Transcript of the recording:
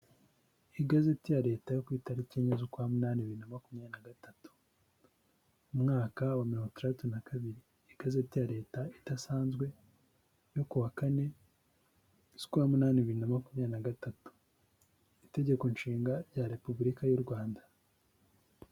Igazeti ya leta yo ku itariki enye z'ukwa munani bibiri na makumyabiri gatatu, mu mwaka wa mirongo itandatu na kabiri, igazeti ya leta idasanzwe yo ku wa kane z'ukwa munani bibiri na makumyabiri na gatatu, itegeko nshinga rya Repubulika y'u Rwanda.